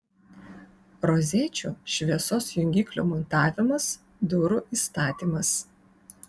rozečių šviesos jungiklių montavimas durų įstatymas